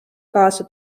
kaasa